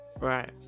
Right